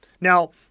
Now